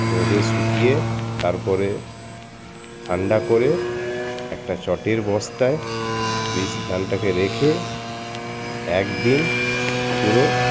রোদে শুকিয়ে তারপরে ঠান্ডা করে একটা চটের বস্তায় বীজ ধানটাকে রেখে একদিন পুরো